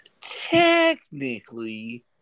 technically